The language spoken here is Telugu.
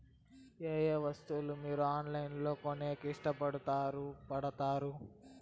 ఏయే వస్తువులను మీరు ఆన్లైన్ లో కొనేకి ఇష్టపడుతారు పడుతారు?